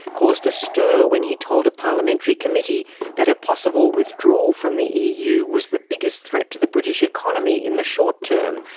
caused a stir when he told a parliamentary committee that a possible withdrawal from the eu was the biggest threat to the british economy in the short term,